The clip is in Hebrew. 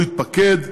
הוא התפקד,